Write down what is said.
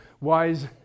wise